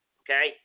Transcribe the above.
okay